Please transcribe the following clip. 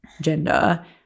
gender